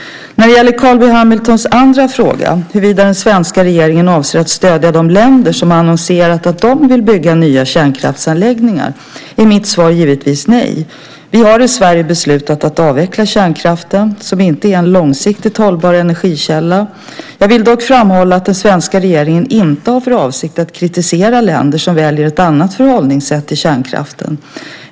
När det gäller Carl B Hamiltons andra fråga, huruvida den svenska regeringen avser att stödja de länder som har annonserat att de vill bygga nya kärnkraftsanläggningar, är mitt svar givetvis nej. Vi har i Sverige beslutat att avveckla kärnkraften, som inte är en långsiktigt hållbar energikälla. Jag vill dock framhålla att den svenska regeringen inte har för avsikt att kritisera länder som väljer ett annat förhållningssätt till kärnkraften.